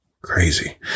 Crazy